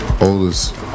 oldest